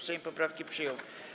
Sejm poprawki przyjął.